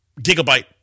gigabyte